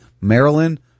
Maryland